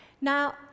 Now